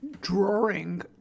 drawing